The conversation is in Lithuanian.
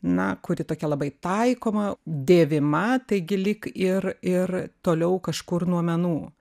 na kuri tokia labai taikoma dėvima taigi lyg ir ir toliau kažkur nuo menų